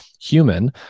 human